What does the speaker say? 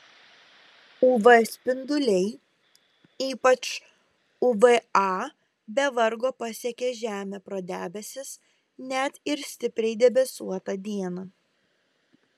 uv spinduliai ypač uv a be vargo pasiekia žemę pro debesis net ir stipriai debesuotą dieną